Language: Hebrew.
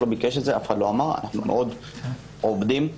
אנחנו עובדים,